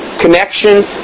Connection